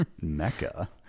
Mecca